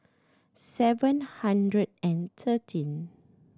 seven hundred and thirteen